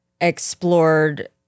explored